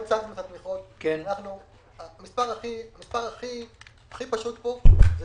המספר הכי פשוט פה זה